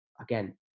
again